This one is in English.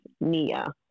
Nia